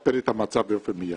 לשפר את המצב באופן מיידי.